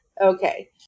Okay